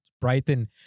Brighton